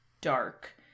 Dark